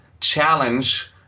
challenge